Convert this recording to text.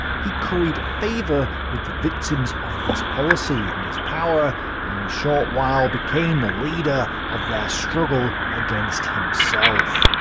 he curried favour with the victims of this policy and his power and in a short while became the leader of their struggle against himself.